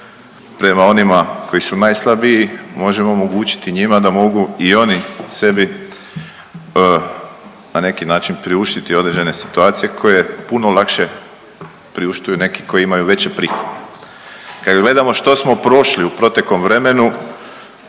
prema onima koji su najslabiji možemo omogućiti njima da mogu i oni sebi na neki način priuštiti određene situacije koje puno lakše priuštuju neki koji imaju veće prihode. Kad gledamo što smo prošli u proteklom vremenu